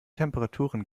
temperaturen